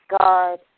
God